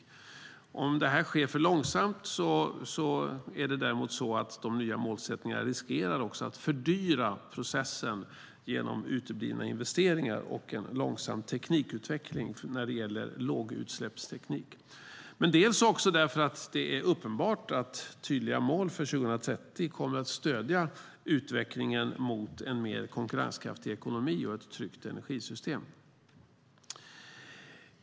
Om det här sker för långsamt är det däremot så att de nya målsättningarna riskerar att fördyra processen genom uteblivna investeringar och en långsam teknikutveckling när det gäller lågutsläppsteknik. Det är också uppenbart att tydliga mål för 2030 kommer att stödja utvecklingen mot en mer konkurrenskraftig ekonomi och ett tryggt energisystem.